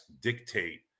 dictate